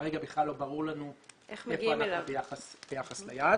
וכרגע בכלל לא ברור לנו היכן אנחנו ביחס אליו.